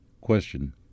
Question